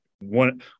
one